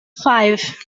five